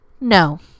No